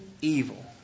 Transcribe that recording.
evil